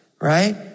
right